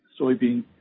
soybean